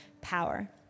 power